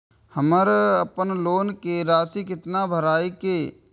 हमर अपन लोन के राशि कितना भराई के ये?